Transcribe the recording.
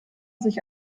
sich